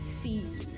see